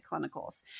clinicals